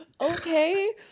okay